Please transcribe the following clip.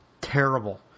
Terrible